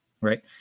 right